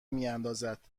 میاندازد